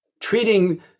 treating